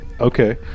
Okay